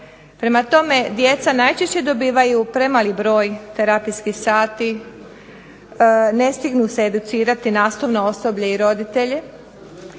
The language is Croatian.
Prema tome djeca najčešće dobivaju premali broj terapijskih sati, ne stignu se educirati nastavno osoblje i roditelje,